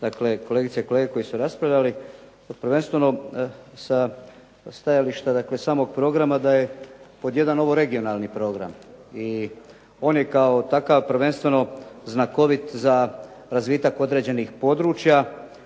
dakle, kolegice i kolege koji su raspravljali prvenstveno sa stajališta dakle, samog programa da je, pod 1. ovo regionalni program. I on je kao takav prvenstveno znakovit za razvitak određenih područja.